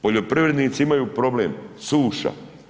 Poljoprivrednici imaju problem, suša.